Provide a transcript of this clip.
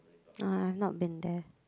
uh I've not been there